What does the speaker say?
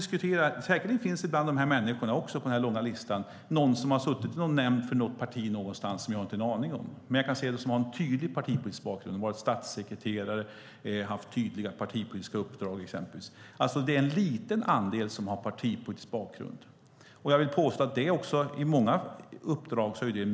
Säkert finns det bland alla på den här långa listan någon som har suttit i en nämnd för något parti någonstans som jag inte har en aning om. Men jag kan se vilka som har en tydlig partipolitisk bakgrund - vilka som exempelvis har varit statssekreterare eller har haft tydliga partipolitiska uppdrag. Det är en liten andel som har partipolitisk bakgrund, och jag vill påstå att det inom många uppdrag är en merit.